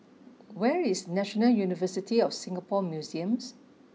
where is National University of Singapore Museums